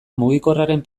mugikorraren